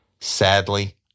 Sadly